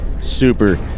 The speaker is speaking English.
Super